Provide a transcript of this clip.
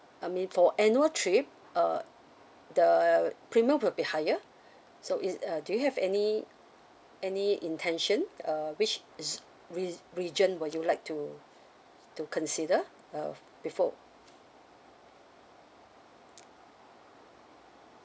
I mean for annual trip uh the premium will be higher so is uh do you have any any intention uh which is re~ region would you like to to consider uh before